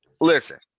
listen